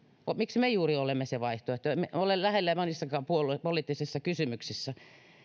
miksi juuri me olemme se vaihtoehto emme ole lähellä monissakaan puoluepoliittisissa kysymyksissä että